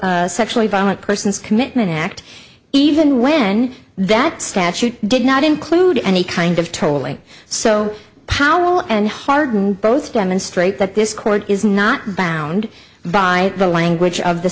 the sexually violent persons commitment act even when that statute did not include any kind of tolling so powerful and hardened both demonstrate that this court is not bound by the language of the